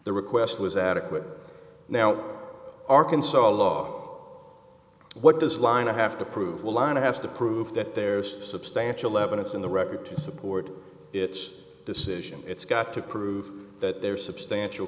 the request was adequate now arkansas law what does line i have to prove a line has to prove that there's substantial evidence in the record to support its decision it's got to prove that there is substantial